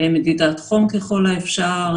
מדידת חום ככל האפשר,